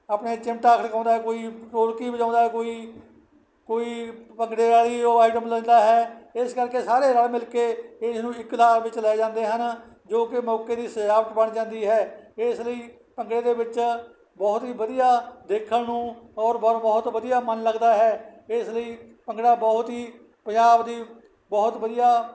ਆਪਣੇ ਚਿਮਟਾ ਖੜਕਾਉਂਦਾ ਕੋਈ ਪੋਲਕੀ ਵਜਾਉਂਦਾ ਕੋਈ ਕੋਈ ਭੰਗੜੇ ਵਾਲੀ ਉਹ ਆਈਟਮ ਲੈਂਦਾ ਹੈ ਇਸ ਕਰਕੇ ਸਾਰੇ ਰਲ ਮਿਲ ਕੇ ਇਸ ਨੂੰ ਇੱਕ ਨਾਮ ਵਿੱਚ ਲੈ ਜਾਂਦੇ ਹਨ ਜੋ ਕਿ ਮੌਕੇ ਦੀ ਸਜਾਵਟ ਬਣ ਜਾਂਦੀ ਹੈ ਇਸ ਲਈ ਭੰਗੜੇ ਦੇ ਵਿੱਚ ਬਹੁਤ ਹੀ ਵਧੀਆ ਦੇਖਣ ਨੂੰ ਓਰ ਬਰ ਬਹੁਤ ਵਧੀਆ ਮਨ ਲੱਗਦਾ ਹੈ ਇਸ ਲਈ ਭੰਗੜਾ ਬਹੁਤ ਹੀ ਪੰਜਾਬ ਦੀ ਬਹੁਤ ਵਧੀਆ